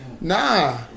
nah